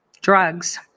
drugs